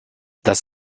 das